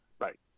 right